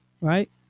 right